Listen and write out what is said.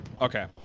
okay